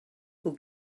who